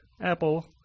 apple